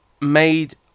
made